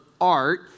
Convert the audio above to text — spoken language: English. art